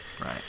Right